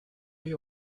you